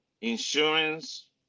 insurance